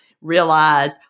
realize